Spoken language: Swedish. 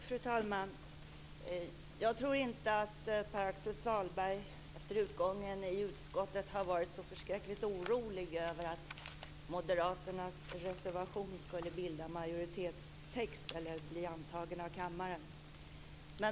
Fru talman! Jag tror inte att Pär Axel Sahlberg efter utgången i utskottet har varit så förskräckligt orolig över att Moderaternas reservation skulle bilda majoritetstext eller bli antagen av kammaren.